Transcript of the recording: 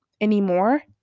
anymore